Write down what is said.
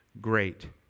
great